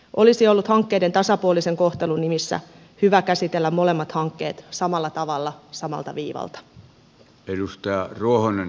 olisi ollut hankkeiden tasapuolisen kohtelun nimissä hyvä käsitellä molemmat hankkeet samalla tavalla samalta viivalta